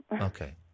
Okay